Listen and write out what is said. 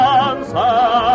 answer